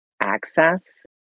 access